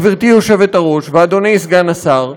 גברתי היושבת-ראש ואדוני סגן השר,